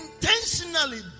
intentionally